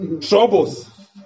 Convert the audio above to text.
troubles